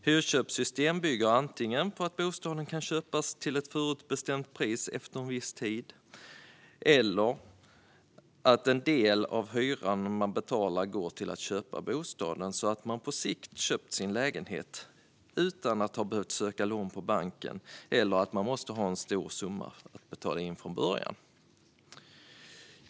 Hyrköpssystem bygger antingen på att bostaden kan köpas till ett förutbestämt pris efter en viss tid eller att en del av hyran man betalar går till att köpa bostaden, så att man på sikt kommer att ha köpt sin lägenhet utan att ha behövt söka lån på banken eller att man måste ha en stor summa att betala in från början.